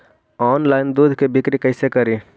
Online दुध के बिक्री कैसे करि?